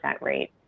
rate